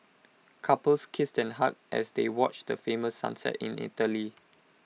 couples kissed and hugged as they watch the famous sunset in Italy